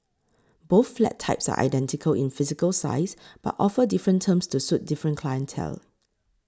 both flat types are identical in physical size but offer different terms to suit different clientele